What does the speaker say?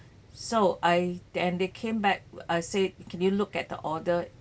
so I then they came back I say can you look at the order